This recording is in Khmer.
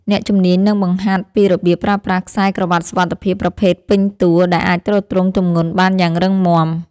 អ្នកជំនាញនឹងបង្ហាញពីរបៀបប្រើប្រាស់ខ្សែក្រវាត់សុវត្ថិភាពប្រភេទពេញតួ ដែលអាចទ្រទ្រង់ទម្ងន់បានយ៉ាងរឹងមាំ។